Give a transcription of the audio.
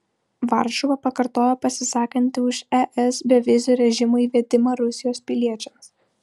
varšuva pakartojo pasisakanti už es bevizio režimo įvedimą rusijos piliečiams